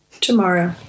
Tomorrow